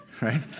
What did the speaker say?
right